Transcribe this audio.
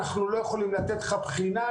אנחנו לא יכולים לתת לך בחינה,